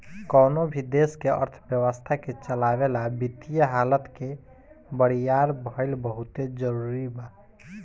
कवनो भी देश के अर्थव्यवस्था के चलावे ला वित्तीय हालत के बरियार भईल बहुते जरूरी बा